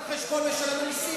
על חשבון משלם המסים?